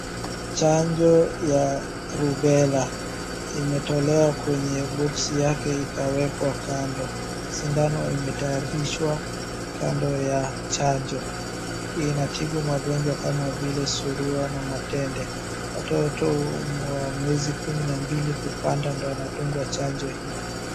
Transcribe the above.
Chanjo ya rubela imetolewa kwenye boksi yake ikawekwa kando. sindano imetayarishwa kando ya chanjo. Inatibu magonjwa kama vile surua na matende,. Watoto wa miezi kumi na mbili kupanda ndiyo wanadungwa chanjo hii.